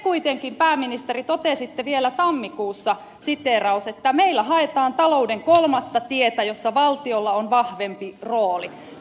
kuitenkin te pääministeri totesitte vielä tammikuussa että meillä haetaan talouden kolmatta tietä jossa valtiolla on vahvempi rooli